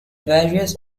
various